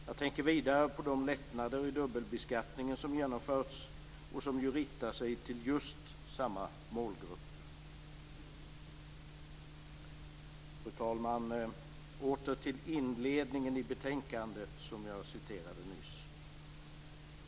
Jag tänker vidare på de lättnader i dubbelbeskattningen som genomförts och som riktar sig till just samma målgrupp. Fru talman! Jag går åter till inledningen i betänkandet, som jag citerade nyss.